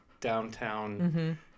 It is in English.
downtown